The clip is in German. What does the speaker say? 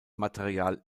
material